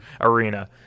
Arena